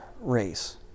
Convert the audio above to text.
race